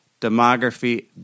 demography